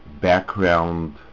background